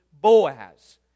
Boaz